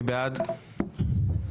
הצבעה בעד,